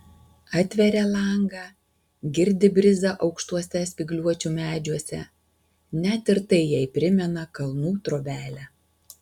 atveria langą girdi brizą aukštuose spygliuočių medžiuose net ir tai jai primena kalnų trobelę